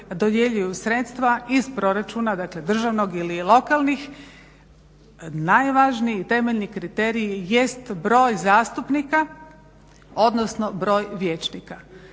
dodjeljuju sredstva iz proračuna, dakle državnog ili lokalnih, najvažniji temeljni kriterij jest broj zastupnika, odnosno broj vijećnika.